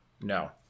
No